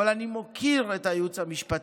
אבל אני מוקיר את הייעוץ המשפטי.